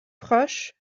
proches